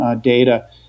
data